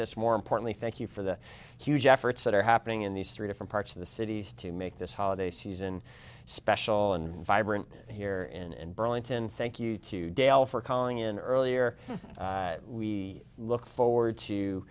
this more importantly thank you for the huge efforts that are happening in these three different parts of the cities to make this holiday season special and vibrant here and burlington thank you to dale for calling in earlier we look forward to